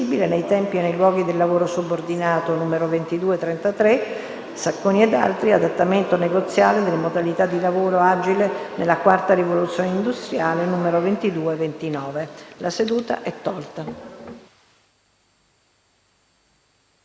La seduta è tolta